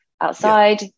outside